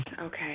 Okay